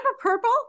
purple